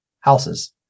houses